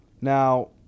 Now